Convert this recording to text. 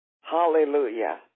Hallelujah